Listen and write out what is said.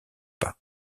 pas